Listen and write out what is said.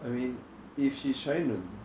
I mean if she's trying to